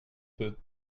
peu